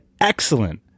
excellent